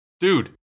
Dude